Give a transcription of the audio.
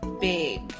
big